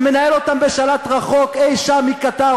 שמנהל אותם בשלט רחוק אי-שם מקטאר,